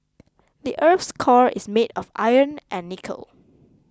the earth's core is made of iron and nickel